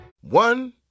One